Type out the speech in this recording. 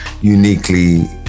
uniquely